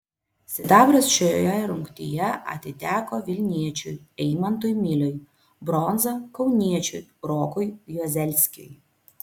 sidabras šioje rungtyje atiteko vilniečiui eimantui miliui bronza kauniečiui rokui juozelskiui